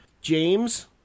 James